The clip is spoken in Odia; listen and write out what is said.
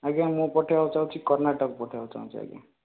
ଆଜ୍ଞା ମୁଁ ପଠାଇବାକୁ ଚାହୁଁଛି କର୍ଣ୍ଣାଟକ ପଠାଇବାକୁ ଚାହୁଁଛି ଆଜ୍ଞା